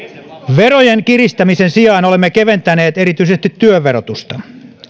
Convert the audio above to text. verojen kiristämisen sijaan olemme keventäneet erityisesti työn verotusta